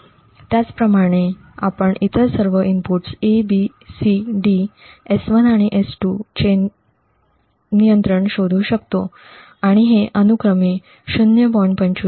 त्याचप्रमाणे आपण इतर सर्व inputs A B C D S1 आणि S2 चे नियंत्रण शोधू शकतो आणि हे अनुक्रमे 0